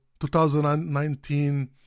2019